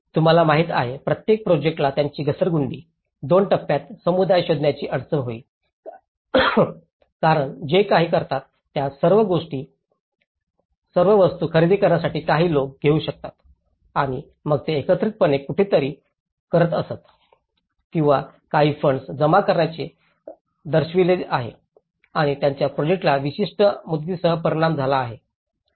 तुम्हाला माहिती आहे प्रत्येक प्रोजेक्टात त्यांची घसरगुंडी दोन टप्प्यात समुदाय शोधण्याची अडचण होईल कारण ते जे काही करतात त्या वस्तू खरेदी करण्यासाठी काही लोक घेऊ शकतात आणि मग ते एकत्रितपणे कुठेतरी करत असत किंवा काही फंड्स जमा करण्याचे दर्शविते आणि त्याचा प्रोजेक्टाच्या विशिष्ट मुदतींवरही परिणाम झाला आहे